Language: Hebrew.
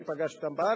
אני פגשתי אותם בארץ,